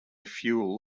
fuel